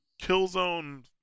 Killzone